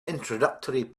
introductory